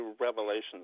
revelations